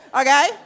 okay